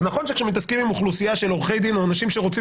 אז נכון שכשמתעסקים עם אוכלוסייה של עורכי דין או אנשים שרוצים